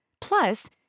Plus